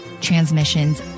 transmissions